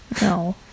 No